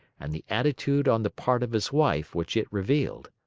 and the attitude on the part of his wife which it revealed.